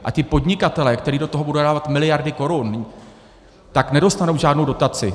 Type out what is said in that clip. A ti podnikatelé, kteří do toho budou dávat miliardy korun, tak nedostanou žádnou dotaci.